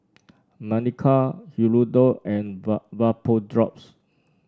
Manicare Hirudoid and Vapodrops